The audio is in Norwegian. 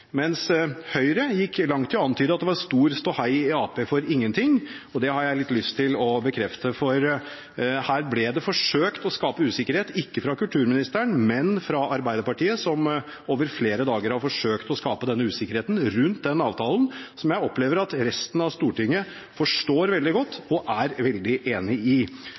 Høyre «gikk langt i å antyde at det var stor ståhei i Ap for ingenting». Det har jeg litt lyst til å bekrefte, for her ble det forsøkt skapt usikkerhet, ikke fra kulturministeren, men fra Arbeiderpartiet. De har over flere dager forsøkt å skape denne usikkerheten rundt den avtalen som jeg opplever at resten av Stortinget forstår veldig godt, og er veldig enig i.